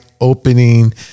opening